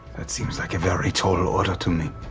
that seems like a very tall order to me.